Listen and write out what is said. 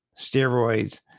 steroids